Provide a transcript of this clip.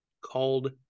called